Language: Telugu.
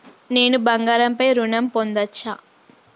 నేను బంగారం పై ఋణం పొందచ్చా?